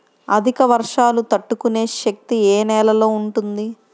అధిక వర్షాలు తట్టుకునే శక్తి ఏ నేలలో ఉంటుంది?